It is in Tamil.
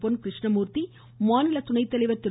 பொன் கிருஷ்ணமூர்த்தி மாநில துணைத் தலைவர் திரு